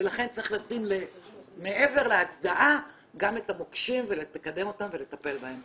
ולכן צריך לשים מעבר להצדעה גם את המוקשים ולקדם אותם ולטפל בהם.